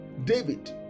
David